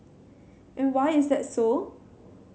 and why is that so